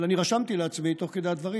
אבל אני רשמתי לעצמי תוך כדי הדברים.